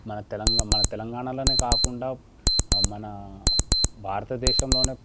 మన తెలంగాణా మన తెలంగాణలోనే కాకుండా మన భారతదేశంలోనే